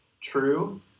true